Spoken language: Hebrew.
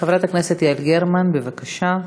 חברת הכנסת יעל גרמן, בבקשה.